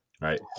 right